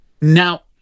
now